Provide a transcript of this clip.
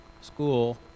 school